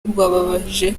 rwababaje